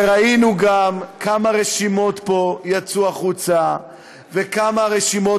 וראינו גם כמה רשימות פה יצאו החוצה וכמה רשימות